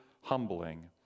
humbling